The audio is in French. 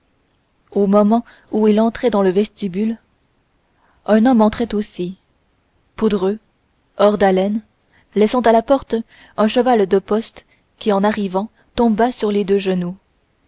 au moment où il entrait dans le vestibule un homme entrait aussi poudreux hors d'haleine laissant à la porte un cheval de poste qui en arrivant tomba sur les deux genoux